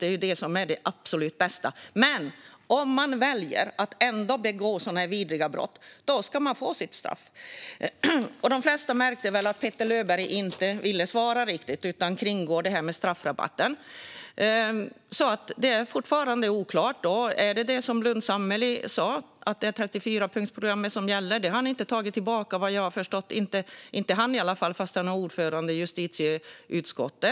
Det är ju det som är det absolut bästa. Men om man väljer att ändå begå vidriga brott ska man få sitt straff. De flesta märkte nog att Petter Löberg inte riktigt ville svara på det här med straffrabatten. Det är alltså fortfarande oklart. Är det, som Lundh Sammeli sa, 34-punktsprogrammet som gäller? Vad jag har förstått har han inte tagit tillbaka det, trots att han är ordförande i justitieutskottet.